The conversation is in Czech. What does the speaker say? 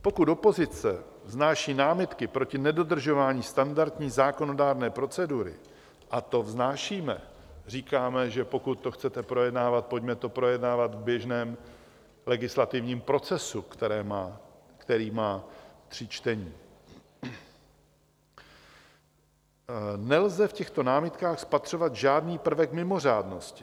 Pokud opozice vznáší námitky proti nedodržování standardní zákonodárné procedury a to vznášíme, říkáme, že pokud to chcete projednávat, pojďme to projednávat v běžném legislativním procesu, který má tři čtení , nelze v těchto námitkách spatřovat žádný prvek mimořádnosti.